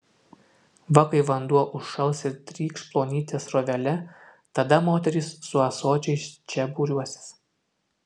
va kai vanduo užšals ir trykš plonyte srovele tada moterys su ąsočiais čia būriuosis